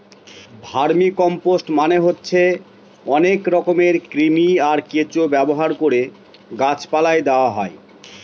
vermicompost মানে হচ্ছে অনেক রকমের কৃমি, আর কেঁচো ব্যবহার করে গাছ পালায় দেওয়া হয়